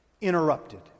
interrupted